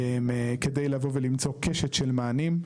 כדי לבור ולמצוא קשת של מענים.